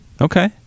Okay